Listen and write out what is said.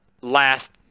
last